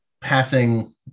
passing